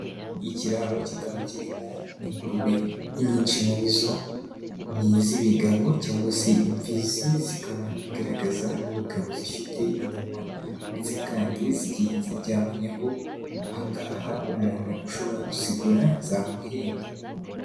Ikiraro kikaba kirimo ingurube nyinshi, muri zo ni iz'ibigabo cyangwa se imfizi, zikaba zigaragaza n'ubugabo zifite inyuma, ndetse kandi zigiye ziryamaho aha ngaha umuntu ushobora kuzigura zamuhenda.